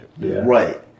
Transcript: right